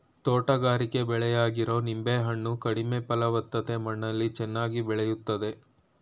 ತೋಟಗಾರಿಕೆ ಬೆಳೆಯಾಗಿರೊ ನಿಂಬೆ ಹಣ್ಣು ಕಡಿಮೆ ಫಲವತ್ತತೆ ಮಣ್ಣಲ್ಲಿ ಚೆನ್ನಾಗಿ ಬೆಳಿತದೆ